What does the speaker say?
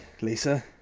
Lisa